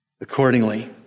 Accordingly